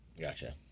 Gotcha